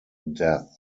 death